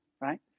right